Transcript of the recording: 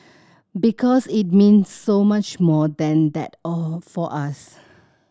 because it mean so much more than that all for us